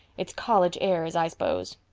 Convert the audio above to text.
it's college airs, i s'pose.